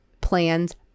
plans